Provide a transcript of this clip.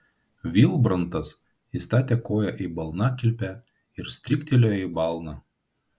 vilbrantas įstatė koją į balnakilpę ir stryktelėjo į balną